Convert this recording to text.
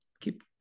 keep